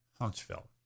Huntsville